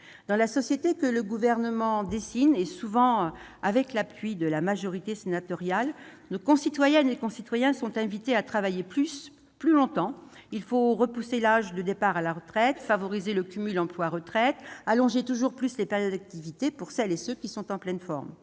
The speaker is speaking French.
Dans la société que le Gouvernement dessine, souvent avec l'appui de la majorité sénatoriale, nos concitoyennes et concitoyens sont invités à travailler plus longtemps- il faut repousser l'âge de départ à la retraite, favoriser le cumul emploi-retraite, allonger toujours plus les périodes d'activité ... -pour celles et ceux qui sont en pleine forme.